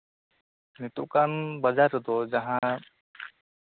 ᱱᱤᱛᱚᱜ ᱠᱟᱱ ᱵᱟᱡᱟᱨ ᱨᱮᱫᱚ ᱡᱟᱦᱟ